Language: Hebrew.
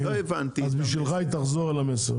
אז היא תחזור בשבילך על המסר.